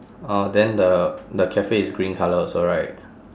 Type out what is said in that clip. oh then the the cafe is green colour also right